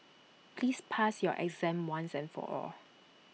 please pass your exam once and for all